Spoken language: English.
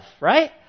right